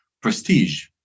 prestige